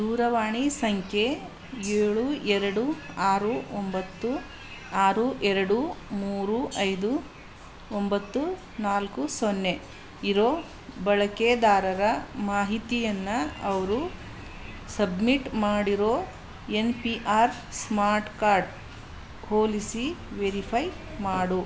ದೂರವಾಣಿ ಸಂಖ್ಯೆ ಏಳು ಎರಡು ಆರು ಒಂಬತ್ತು ಆರು ಎರಡು ಮೂರು ಐದು ಒಂಬತ್ತು ನಾಲ್ಕು ಸೊನ್ನೆ ಇರೋ ಬಳಕೆದಾರದ ಮಾಹಿತಿಯನ್ನು ಅವರು ಸಬ್ಮಿಟ್ ಮಾಡಿರೋ N P R smart card ಹೋಲಿಸಿ ವೆರಿಫೈ ಮಾಡು